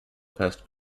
pest